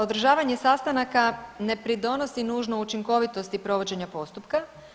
Održavanje sastanaka ne pridonosi nužno učinkovitosti provođenja postupka.